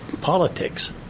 politics